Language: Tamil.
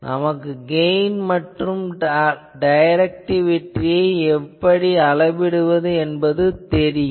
நமக்கு கெயின் மற்றும் டைரக்டிவிட்டியை எப்படி அளவிடுவது என்று தெரியும்